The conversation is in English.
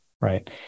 Right